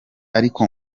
ariko